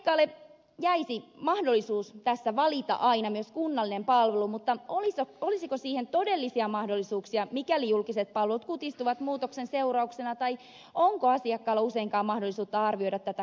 asiakkaalle jäisi mahdollisuus tässä valita aina myös kunnallinen palvelu mutta olisiko siihen todellisia mahdollisuuksia mikäli julkiset palvelut kutistuvat muutoksen seurauksena tai onko asiakkaalla useinkaan mahdollisuutta arvioida tätä kokonaisvaltaisesti